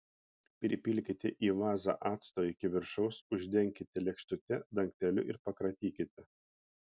pripilkite į vazą acto iki viršaus uždenkite lėkštute dangteliu ir pakratykite